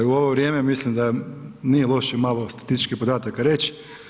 Ovaj, u ovo vrijeme mislim da nije loše malo statističkih podataka reći.